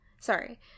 Sorry